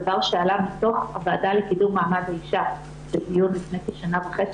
דבר שעלה מתוך הוועדה לקידום מעמד האישה בדיון לפני כשנה וחצי